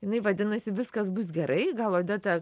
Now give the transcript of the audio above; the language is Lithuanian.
jinai vadinasi viskas bus gerai gal odeta